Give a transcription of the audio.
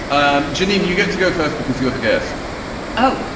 um janine, you get to go first. because you're the guest oh,